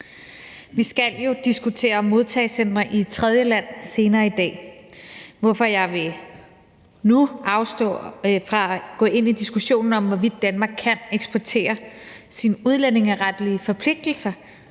Vi skal jo diskutere modtagecentre i et tredjeland senere i dag, hvorfor jeg nu vil afstå fra at gå ind i diskussionen om, hvorvidt Danmark kan eksportere sine udlændingeretlige forpligtelser